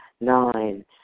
Nine